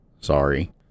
Sorry